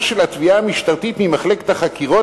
של התביעה המשטרתית ממחלקת החקירות,